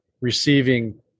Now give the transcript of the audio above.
receiving